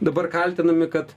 dabar kaltinami kad